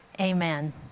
amen